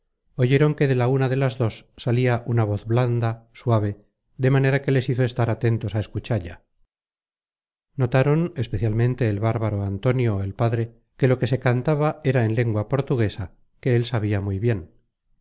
oyeron que de la una de las otras dos salia una voz blanda suave de manera que les hizo estar atentos á escuchalla notaron especialmente el bárbaro antonio el padre que lo que se cantaba era en lengua portuguesa que él sabia muy bien